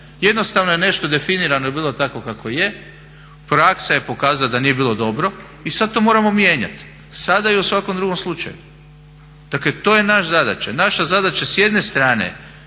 jednostavno je nešto bilo definirano tako kako je, praksa je pokazala da to nije bilo dobro i sada to moramo mijenjati sada i u svakom drugom slučaju. Dakle to je naša zadaća. Naša zadaća s jedne strane